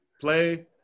play